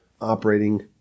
operating